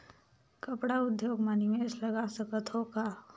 कपड़ा उद्योग म निवेश लगा सकत हो का?